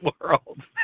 World